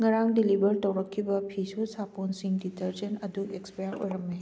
ꯉꯔꯥꯡ ꯗꯤꯂꯤꯕꯔ ꯇꯧꯔꯛꯈꯤꯕ ꯐꯤꯁꯨ ꯁꯥꯄꯣꯟꯁꯤꯡ ꯗꯤꯇꯔꯖꯦꯟ ꯑꯗꯨ ꯑꯦꯛꯁꯄꯌꯥꯔ ꯑꯣꯏꯔꯝꯃꯦ